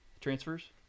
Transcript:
transfers